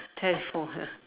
telephone ah